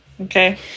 okay